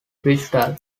bristol